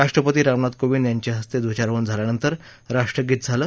राष्ट्रपती रामनाथ कोविंद यांच्या हस्ते ध्वजारोहण झाल्यानंतर राष्ट्रगीत झालं